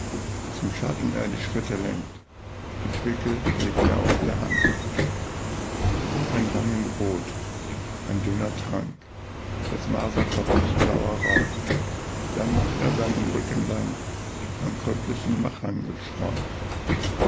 zum schatten er die schritte lenkt die twicke legt er aus der hand ein rangen brot ein dünner trank des maserkopfes blauer rauch dann macht er seinen rücken lang am